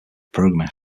programming